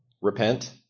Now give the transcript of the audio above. repent